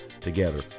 together